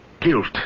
guilt